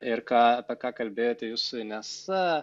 ir ką apie ką kalbėjote jūs su inesa